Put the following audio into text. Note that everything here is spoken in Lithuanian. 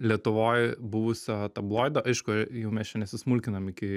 lietuvoj buvusio tabloido aišku jau mes čia nesismulkinam iki